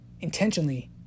intentionally